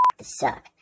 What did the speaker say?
Suck